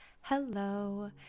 Hello